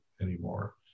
anymore